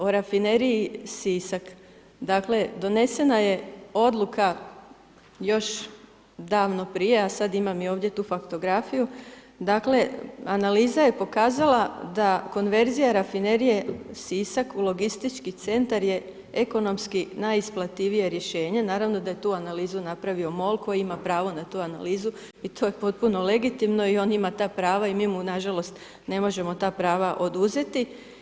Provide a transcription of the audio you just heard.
O Rafineriji Sisak, dakle donesena je odluka još davno prije a sad imam i ovdje tu faktografiju, dakle analiza je pokazala da konverzija Rafinerije Sisak u logistički centar je ekonomski najisplativije rješenje, naravno da je tu analizu napravio MOL koji ima pravo na tu analizu i to je potpuno legitimno i on ima ta prava i mi mu nažalost ne možemo ta prava oduzeti.